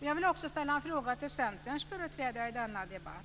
Jag vill även ställa en fråga till Centerns företrädare i denna debatt.